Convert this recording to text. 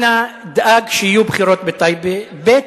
אנא דאג שיהיו בחירות בטייבה, ב.